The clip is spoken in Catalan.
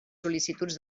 sol·licituds